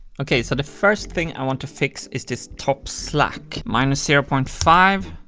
okay, so the first thing i want to fix is this top slack. minus zero point five.